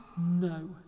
No